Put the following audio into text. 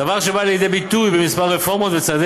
דבר שבא לידי ביטוי בכמה רפורמות וצעדי